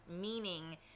meaning